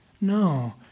No